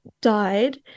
died